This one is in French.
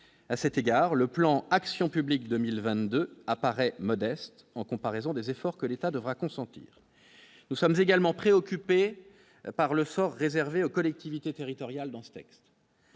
à cet égard le plan action publique 2022 apparaît modeste en comparaison des efforts que l'État devra consentir, nous sommes également préoccupés par le sort réservé aux collectivités territoriales dans ce texte,